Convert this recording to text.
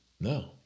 No